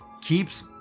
keeps